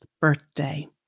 birthday